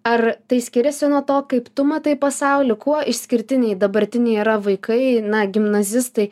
ar tai skiriasi nuo to kaip tu matai pasaulį kuo išskirtiniai dabartiniai yra vaikai na gimnazistai